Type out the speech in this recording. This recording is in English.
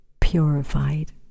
purified